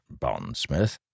bondsmith